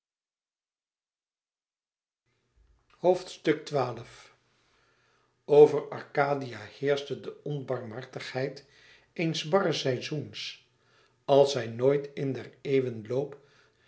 over arkadië heerschte de onbarmhartigheid eens barren seizoens als zij nooit in der eeuwen loop